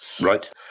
Right